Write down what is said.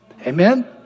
Amen